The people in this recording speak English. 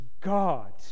God